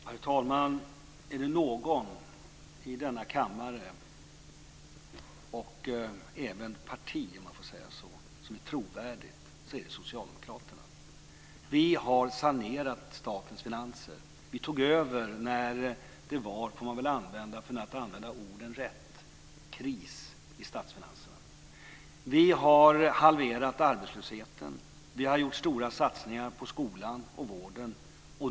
Herr talman! Är det något parti i denna kammare som är trovärdigt är det Socialdemokraterna. Vi har sanerat statens finanser. Vi tog över när det var kris - jag använder rätt ord - i statsfinanserna. Vi har halverat arbetslösheten. Vi har gjort stora satsningar på skolan och vården.